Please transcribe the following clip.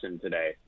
today